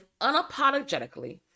unapologetically